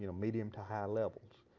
you know medium to high levels.